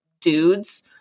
dudes